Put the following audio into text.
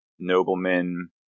noblemen